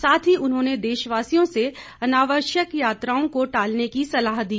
साथ ही उन्होंने देशवासियों से अनावश्यक यात्राओं को टालने की सलाह दी